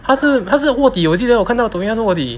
他是他是卧底我记得我看到抖音他是卧底